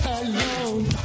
alone